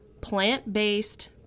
plant-based